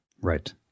Right